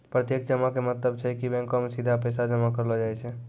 प्रत्यक्ष जमा के मतलब छै कि बैंको मे सीधा पैसा जमा करलो जाय छै